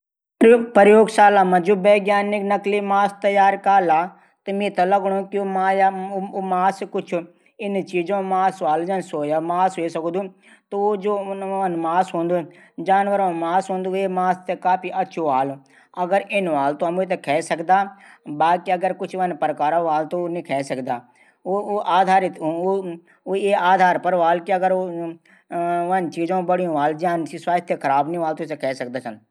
प्रयोगशाला मा जू वैज्ञानिक नकली माल तैयार कारला त मेथे लगुणू कि त उ मास इन चीजों कू हहवालू जन सोया मास ह्वे सकदू जू जानवरों मास हवालू वे मास से काफी अछू ह्वालू। इन हवालू त हम वेथै खै सकदा बाकी कुछ उन प्रकार होलू त नी खै सकदा।